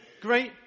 Great